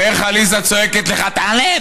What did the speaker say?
ואיך עליזה צועקת לך: תעלה,